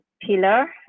pillar